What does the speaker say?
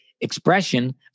expression